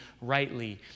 rightly